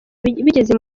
bigeze